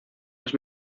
las